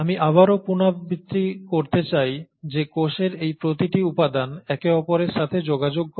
আমি আবারও পুনরাবৃত্তি করতে চাই যে কোষের এই প্রতিটি উপাদান একে অপরের সাথে যোগাযোগ করে